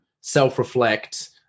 self-reflect